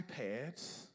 iPads